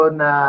na